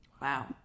Wow